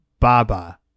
Baba